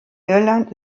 irland